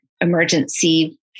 emergency